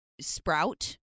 sprout